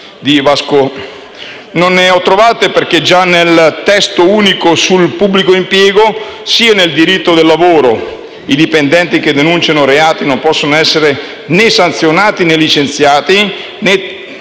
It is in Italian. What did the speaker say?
Non l'ho trovato perché sia nel testo unico del pubblico impiego che nel diritto del lavoro i dipendenti che denunciano reati non possono essere né sanzionati, né licenziati, né